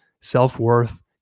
self-worth